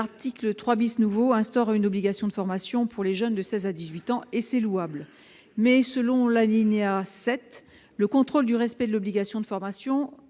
L'article 3 nouveau instaure une obligation de formation pour les jeunes de 16 ans à 18 ans- ce qui est louable. Selon l'alinéa 7, le contrôle du respect de l'obligation de formation